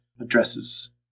addresses